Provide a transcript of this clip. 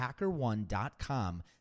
HackerOne.com